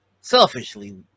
selfishly